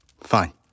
fine